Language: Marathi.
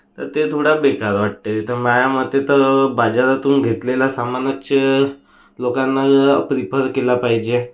तर ते थोडा बेकार वाटते तर माया मते तर बाजारातून घेतलेलं सामानच लोकांना प्रिफर केला पाहिजे